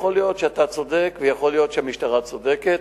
יכול להיות שאתה צודק, ויכול להיות שהמשטרה צודקת.